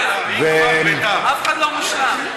אף אחד לא מושלם.